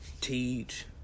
Teach